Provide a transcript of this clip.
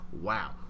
Wow